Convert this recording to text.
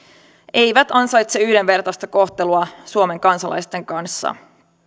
eivät ansaitse yhdenvertaista kohtelua suomen kansalaisten kanssa